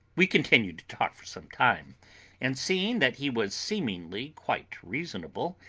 we continued to talk for some time and, seeing that he was seemingly quite reasonable,